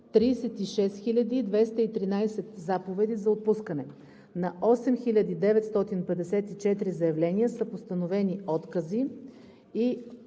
36 213 заповеди за отпускане. На 8954 заявления са постановени откази и